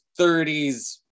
30s